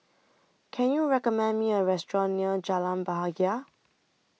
Can YOU recommend Me A Restaurant near Jalan Bahagia